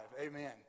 Amen